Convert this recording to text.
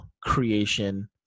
creation